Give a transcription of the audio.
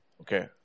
Okay